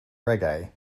reggae